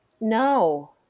No